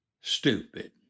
stupid